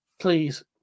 Please